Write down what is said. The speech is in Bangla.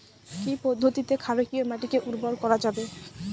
কি পদ্ধতিতে ক্ষারকীয় মাটিকে উর্বর করা যাবে?